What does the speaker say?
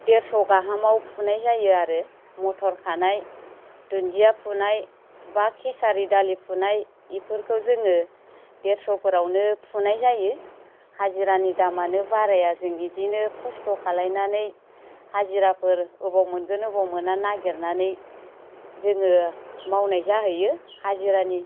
देरस' गाहामाव फुनाय जायो आरो मथर खानाय दुन्दिया फुनाय बा केसारि दालि फुनाय इफोरखौ जोङो देरस' फोरावनो फुनाय जायो हाजिरानि दामानो बाराया जों बिदिनो खस्थ' खालायनानै हाजिराफोर अबाव मोनगोन अबाव मोना नागिरनानै जोङो मावनाय जाहैयो हाजिरानि